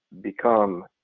become